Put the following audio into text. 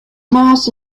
mass